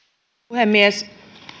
puhemies